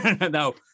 no